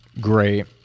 great